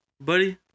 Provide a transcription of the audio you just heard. buddy